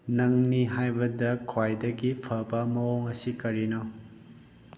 ꯅꯪꯅꯤ ꯍꯥꯏꯕꯗ ꯈ꯭ꯋꯥꯏꯗꯒꯤ ꯐꯕ ꯃꯑꯣꯡ ꯑꯁꯤ ꯀꯔꯤꯅꯣ